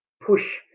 push